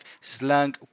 slang